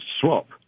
swap